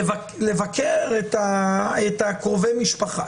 לבקר את קרובי המשפחה.